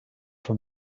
from